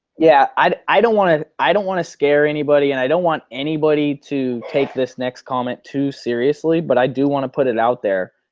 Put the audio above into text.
yeah i i don't want, i don't want to scare anybody and i don't want anybody to take this next comment too seriously but i do want to put it out there.